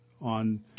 on